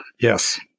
Yes